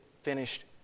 finished